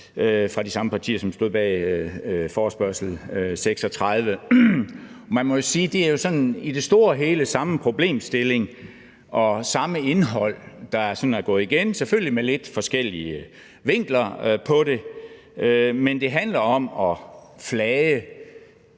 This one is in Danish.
fra de samme partier, som stod bag forespørgsel nr. F 36. Man må sige, at i det store og hele er det samme problemstilling og samme indhold, der sådan går igen, men selvfølgelig med lidt forskellige vinkler på det. Men det handler om at flage